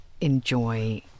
enjoy